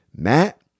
Matt